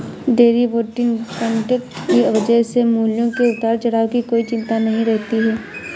derivative contract की वजह से मूल्यों के उतार चढ़ाव की कोई चिंता नहीं रहती है